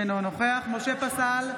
אינו נוכח משה פסל,